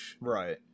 Right